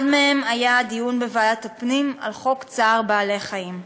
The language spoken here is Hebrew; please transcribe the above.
אחד מהם היה בוועדת הפנים, על חוק צער בעלי-חיים,